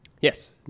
Yes